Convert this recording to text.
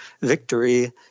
victory